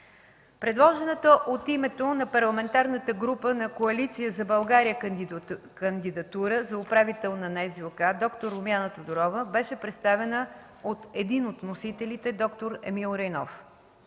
Предложената от името на Парламентарната група на Коалиция за България кандидатура за управител на НЗОК на д-р Румяна Тодорова беше представена от един от вносителите д-р Емил Райнов.